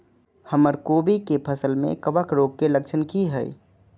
हमर कोबी के फसल में कवक रोग के लक्षण की हय?